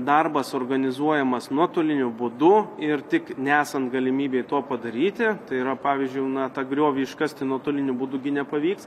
darbas organizuojamas nuotoliniu būdu ir tik nesant galimybei to padaryti tai yra pavyzdžiui jau na tą griovį iškasti nuotoliniu būdu gi nepavyks